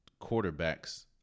quarterbacks